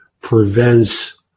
prevents